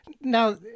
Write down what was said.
Now